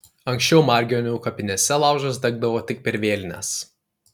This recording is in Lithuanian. anksčiau margionių kapinėse laužas degdavo tik per vėlines